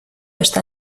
está